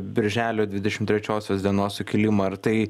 birželio dvidešimt trečiosios dienos sukilimą ar tai